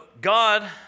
God